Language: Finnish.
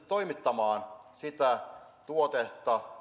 toimittamaan sitä tuotetta